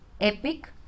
epic